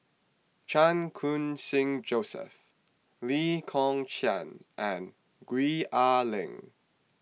Chan Khun Sing Joseph Lee Kong Chian and Gwee Ah Leng